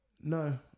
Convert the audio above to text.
No